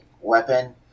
weapon